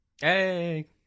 Hey